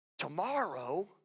Tomorrow